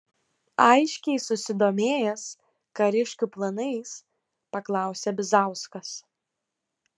aiškiai susidomėjęs kariškių planais paklausė bizauskas